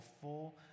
full